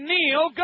Neil